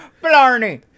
Blarney